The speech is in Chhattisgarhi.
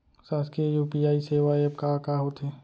शासकीय यू.पी.आई सेवा एप का का होथे?